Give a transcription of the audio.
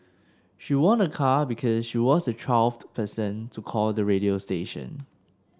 she won a car because she was the twelfth person to call the radio station